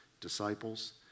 disciples